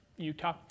utah